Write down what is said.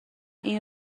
این